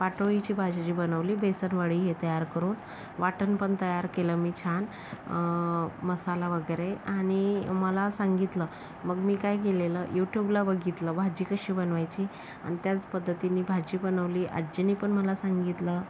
पाटोळीची भाजी जी बनवली बेसनवडी हे तयार करून वाटण पण तयार केलं मी छान मसाला वगैरे आणि मला सांगितलं मग मी काय केलेलं यूट्यूबला बघितलं भाजी कशी बनवायची आणि त्याच पद्धतीने भाजी बनवली आजीनी पण मला सांगितलं